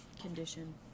condition